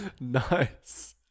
Nice